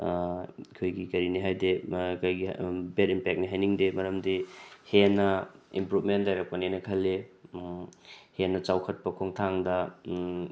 ꯑꯩꯈꯣꯏꯒꯤ ꯀꯔꯤꯅꯦ ꯍꯥꯏꯗꯤ ꯀꯩꯒꯤ ꯕꯦꯠ ꯏꯟꯄꯦꯛꯅꯤ ꯍꯥꯏꯅꯤꯡꯗꯦ ꯃꯔꯝꯗꯤ ꯍꯦꯟꯅ ꯏꯝꯄ꯭ꯔꯨꯞꯃꯦꯟ ꯂꯩꯔꯛꯄꯅꯦꯅ ꯈꯜꯂꯤ ꯍꯦꯟꯅ ꯆꯥꯎꯈꯠꯄ ꯈꯣꯡꯊꯥꯡꯗ